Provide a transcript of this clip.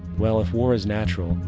well if war is natural,